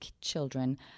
children